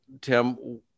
Tim